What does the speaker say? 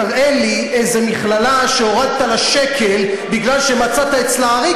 תראה לי איזו מכללה שהורדת לה שקל בגלל שמצאת אצלה עריק,